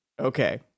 Okay